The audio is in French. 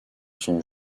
son